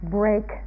break